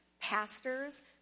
pastors